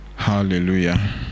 Hallelujah